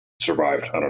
survived